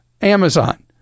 Amazon